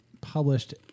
published